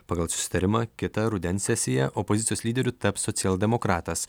pagal susitarimą kitą rudens sesiją opozicijos lyderiu taps socialdemokratas